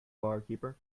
barkeeper